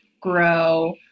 grow